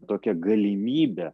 tokią galimybę